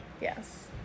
Yes